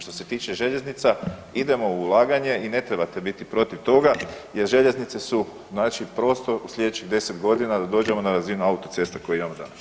Što se tiče željeznica idemo u ulaganje i ne trebate biti protiv toga jer željeznice su znači prostor u slijedećih 10 godina da dođemo na razinu autocesta koje imamo danas.